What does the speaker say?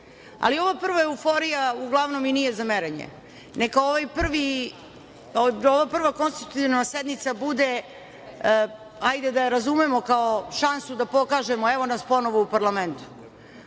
Ali, ova prva euforija, uglavnom i nije za merenje. Neka ovaj prva konstitutivna sednica bude, hajde da razumemo kao šansu da pokažemo, evo nas ponovo u parlamentu.